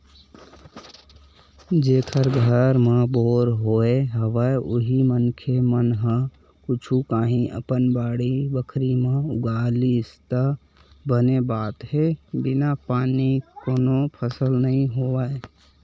जेखर घर म बोर होय हवय उही मनखे मन ह कुछु काही अपन बाड़ी बखरी म उगा लिस त बने बात हे बिन पानी कोनो फसल नइ होय